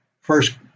first